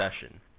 session